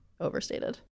overstated